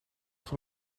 van